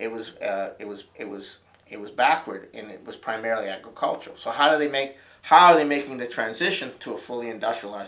it was it was it was it was backward in it was primarily agricultural so how do they make holly making the transition to a fully industrialized